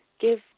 give